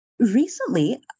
Recently